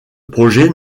projet